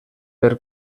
per